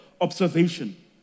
observation